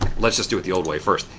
let's just do it the old way. first,